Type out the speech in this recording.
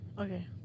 okay